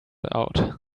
out